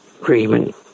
agreement